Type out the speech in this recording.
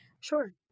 Sure